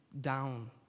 down